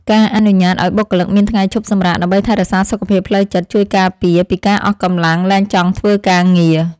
ការអនុញ្ញាតឱ្យបុគ្គលិកមានថ្ងៃឈប់សម្រាកដើម្បីថែរក្សាសុខភាពផ្លូវចិត្ត ជួយការពារពីការអស់កម្លាំងលែងចង់ធ្វើការងារ។